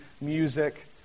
music